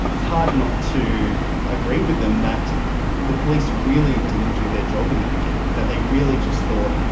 it's hard not to agree with them that the police really didn't do their job in the beginning, that they really just thought,